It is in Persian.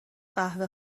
قهوه